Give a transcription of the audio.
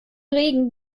regen